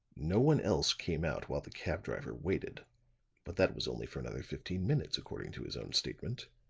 no one else came out while the cab driver waited but that was only for another fifteen minutes, according to his own statement.